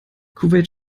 kuwait